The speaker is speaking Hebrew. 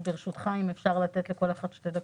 לכן ברשותך, אם אפשר לתת לכל אחת שתי דקות.